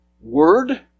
word